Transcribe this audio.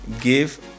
give